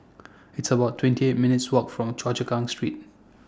It's about twenty eight minutes' Walk from Choa Chu Kang Street